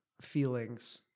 feelings